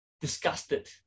disgusted